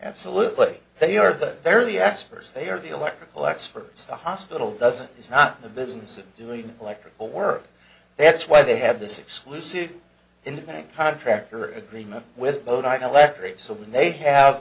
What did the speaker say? absolutely they are but they're the experts they are the electrical experts the hospital doesn't is not the business of doing electrical work that's why they have this exclusive independent contractor agreement with code i collect area so when they have